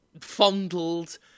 fondled